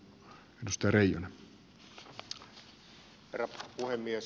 herra puhemies